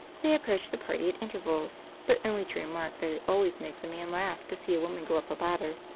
they approach the party at intervals, but only to remark that it always makes a man laugh to see a woman go up a ladder.